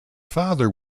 father